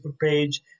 page